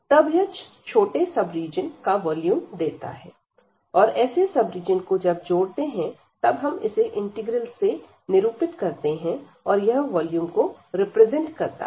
तब यह छोटे सब रीजन का वॉल्यूम देता है और ऐसे सब रीजन को जब जोड़ते हैं तब हम इसे इंटीग्रल से निरूपित करते है और यह वॉल्यूम को रिप्रेजेंट करता है